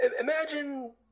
imagine